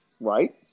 right